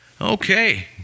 Okay